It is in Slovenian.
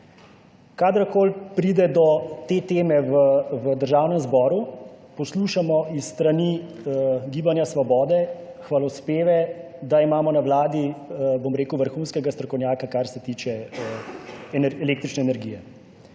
Kadarkoli pride do te teme v Državnem zboru, poslušamo s strani Gibanja svobode hvalospeve, da imamo na vladi, bom rekel, vrhunskega strokovnjaka, kar se tiče električne energije.